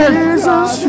Jesus